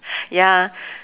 ya